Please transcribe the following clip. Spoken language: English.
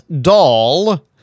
doll